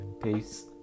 Peace